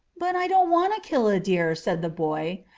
but i don't want to kill a deer, said the boy.